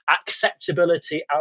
acceptability